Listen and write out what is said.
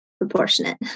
proportionate